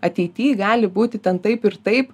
ateity gali būti ten taip ir taip